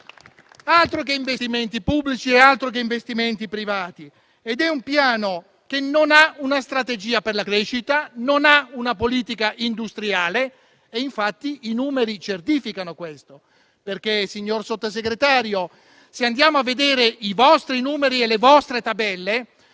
Altro che investimenti pubblici e altro che investimenti privati. È un piano che non ha una strategia per la crescita e non ha una politica industriale, come infatti i numeri certificano. Signor Sottosegretario, se andiamo a vedere i vostri numeri e le vostre tabelle,